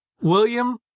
William